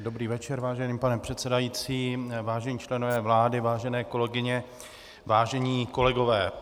Dobrý večer, vážený pane předsedající, vážení členové vlády, vážené kolegyně, vážení kolegové.